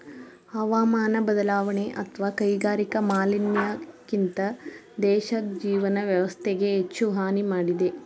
ಹವಾಮಾನ ಬದಲಾವಣೆ ಅತ್ವ ಕೈಗಾರಿಕಾ ಮಾಲಿನ್ಯಕ್ಕಿಂತ ದೇಶದ್ ಜೀವನ ವ್ಯವಸ್ಥೆಗೆ ಹೆಚ್ಚು ಹಾನಿ ಮಾಡಿದೆ